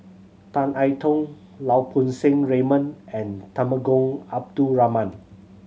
Tan I Tong Lau Poo Seng Raymond and Temenggong Abdul Rahman